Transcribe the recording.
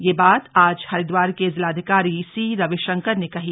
यह बात आज हरिद्वार के जिलाधिकारी सी रविशंकर ने कही